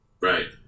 Right